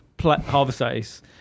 Harvesters